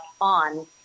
on